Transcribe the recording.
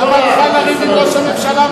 למה לך לריב עם ראש הממשלה?